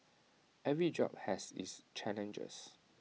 every job has its challenges